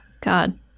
God